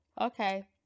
okay